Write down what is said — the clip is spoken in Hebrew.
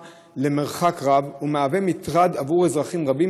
למרחק רב ומהווה מטרד עבור אזרחים רבים,